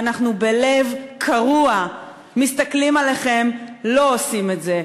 ואנחנו בלב קרוע מסתכלים עליכם לא עושים את זה,